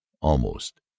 almost